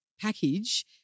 package